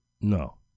no